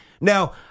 Now